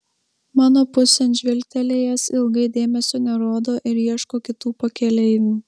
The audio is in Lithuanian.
mano pusėn žvilgtelėjęs ilgai dėmesio nerodo ir ieško kitų pakeleivių